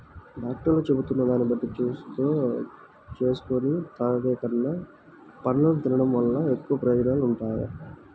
డాక్టర్లు చెబుతున్న దాన్ని బట్టి జూసులుగా జేసుకొని తాగేకన్నా, పండ్లను తిన్డం వల్ల ఎక్కువ ప్రయోజనాలుంటాయంట